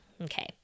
Okay